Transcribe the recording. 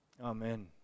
Amen